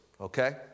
Okay